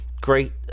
great